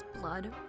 blood